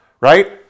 right